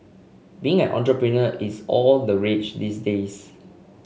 being an entrepreneur is all the rage these days